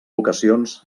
vocacions